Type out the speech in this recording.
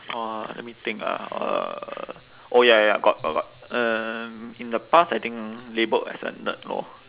!wah! let me think ah uh oh ya ya got got got um in the past I think labelled as a nerd lor